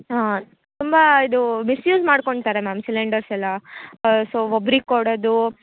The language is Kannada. ಹಾಂ ತುಂಬ ಇದು ಮಿಸ್ಯೂಸ್ ಮಾಡ್ಕೊಳ್ತಾರೆ ಮ್ಯಾಮ್ ಸಿಲಿಂಡರ್ಸೆಲ್ಲ ಸೊ ಒಬ್ರಿಗೆ ಕೊಡೋದು